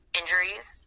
injuries